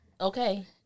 okay